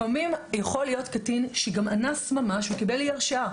לפעמים יכול להיות קטין שגם אנס ממש וקיבל אי-הרשעה.